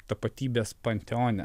tapatybės panteone